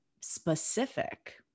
specific